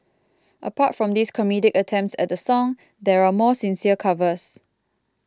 apart from these comedic attempts at the song there are more sincere covers